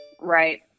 Right